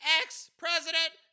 ex-president